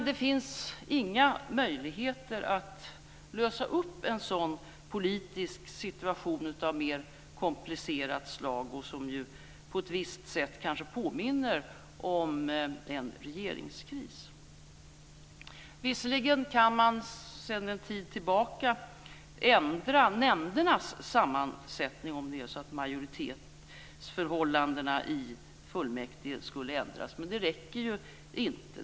Det finns inga möjligheter att lösa upp en sådan politisk situation av mer komplicerat slag som på ett visst sätt kanske påminner om en regeringskris. Visserligen kan man sedan en tid tillbaka ändra nämndernas sammansättning om majoritetsförhållandena i fullmäktige skulle ändras. Men det räcker inte.